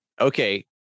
okay